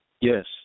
Yes